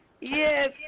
Yes